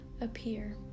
appear